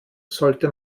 sollte